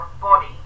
body